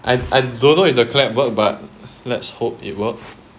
I I don't know if the clap work but let's hope it works